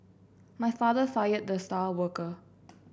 my father fired the star worker